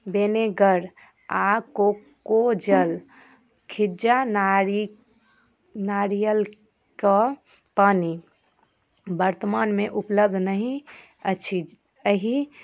vinegar आ कोकोजल खिज्जा नारि नारियलके पानि वर्तमानमे उपलब्ध नहि अछि अहि